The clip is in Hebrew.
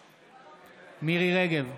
בעד מירי מרים רגב,